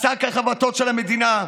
לשק החבטות של המדינה.